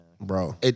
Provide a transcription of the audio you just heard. Bro